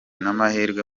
n’amahirwe